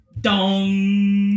Dong